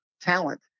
talent